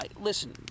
listen